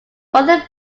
brother